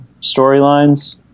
storylines